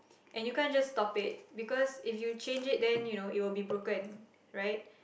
and you can't just stop it because if you change it then you know it will be broken right